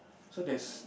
so there's